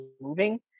moving